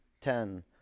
ten